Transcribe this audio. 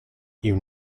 you